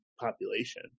population